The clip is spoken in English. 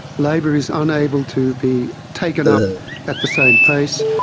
labour is unable to be taken up at the same pace.